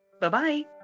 Bye-bye